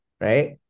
Right